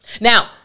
Now